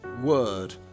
word